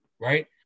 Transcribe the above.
right